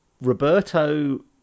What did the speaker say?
Roberto